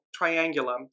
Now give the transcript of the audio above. triangulum